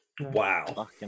wow